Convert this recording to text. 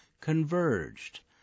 converged